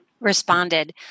responded